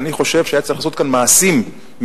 אני חושב שהיה צריך לעשות כאן מעשים מיידיים,